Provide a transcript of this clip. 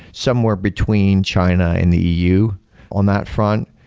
somewhere between china and the eu on that front,